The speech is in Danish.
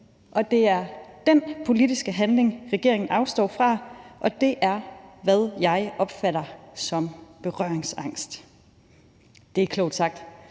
og det er den politiske handling, regeringen afstår fra, og det er, hvad jeg opfatter som berøringsangst. Det er klogt sagt,